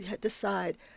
decide